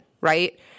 right